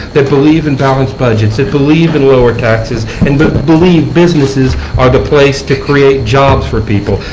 that believe in balanced budgets, that believe in lower taxes and but believe businesses are the place to create jobs for people.